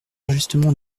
justement